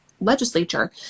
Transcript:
legislature